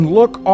look